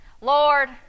Lord